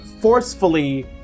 forcefully